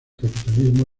capitalismo